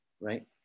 right